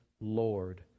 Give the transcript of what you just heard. Lord